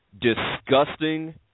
disgusting